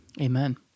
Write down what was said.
Amen